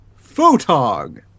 Photog